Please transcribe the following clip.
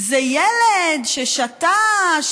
זה ילד ששתה.